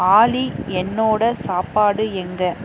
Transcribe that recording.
ஆலி என்னோடய சாப்பாடு எங்கே